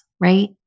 right